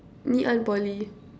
Ngee-Ann-Poly